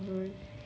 yo